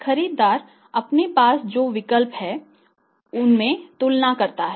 खरीदार अपने पास जो विकल्प है उनमें तुलना करता है